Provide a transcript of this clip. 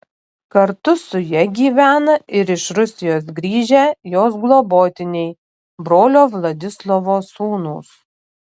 kartu su ja gyvena ir iš rusijos grįžę jos globotiniai brolio vladislovo sūnūs